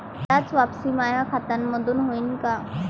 कराच वापसी माया खात्यामंधून होईन का?